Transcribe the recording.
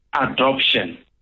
adoption